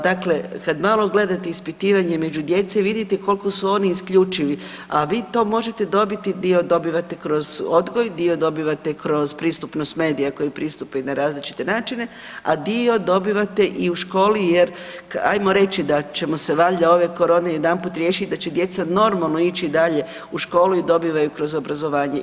Dakle, kad malo gledate ispitivanje među djecom i vidite koliko su oni isključivi, a vi to možete dobiti dio dobivate kroz odgoj, dio dobivate kroz pristupnost medija koji pristupaju na različite načine, a dio dobivate i u školi jer ajmo reći da ćemo se valjda ove korone jedanput riješiti i da će djeca normalo ići dalje u školu i dobivaju kroz obrazovanje.